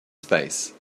space